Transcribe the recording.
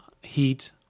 heat